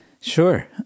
Sure